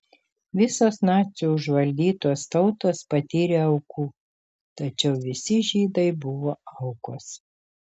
visos nacių užvaldytos tautos patyrė aukų tačiau visi žydai buvo aukos